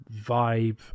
vibe